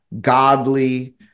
godly